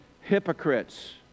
hypocrites